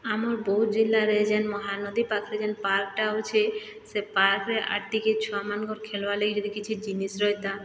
ଆମର ବୌଦ ଜିଲ୍ଲାରେ ଯେନ୍ ମହାନଦୀ ପାଖରେ ଯେନ୍ ପାର୍କଟା ଅଛେ ସେ ପାର୍କରେ ଆର୍ ଟିକିଏ ଛୁଆମାନଙ୍କର ଖେଲ୍ବାର ଲାଗି ଯଦି କିଛି ଜିନିଷ୍ ରହିଥା